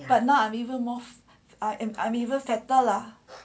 but now I'm even more I am I'm even fatter lah